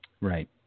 Right